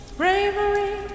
bravery